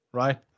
right